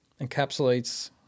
encapsulates